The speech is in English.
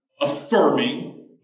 affirming